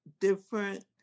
different